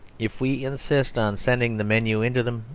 if we insist on sending the menu into them,